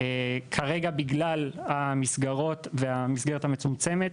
כרגע, בגלל המסגרות והמסגרת המצומצמת,